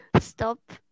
stop